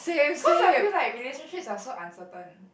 cause I feel like relationships are so uncertain